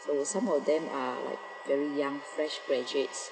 so some of them are very young fresh graduates